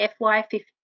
FY15